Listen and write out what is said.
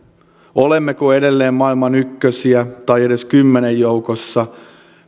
olemmeko edelleen maailman ykkösiä tai edes kymmenen joukossa